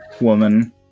woman